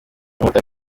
niwe